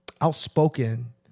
outspoken